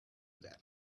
that